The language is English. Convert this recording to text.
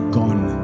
gone